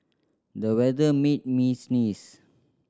the weather made me sneeze